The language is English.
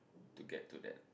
to get to that